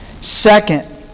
Second